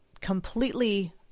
completely